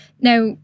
now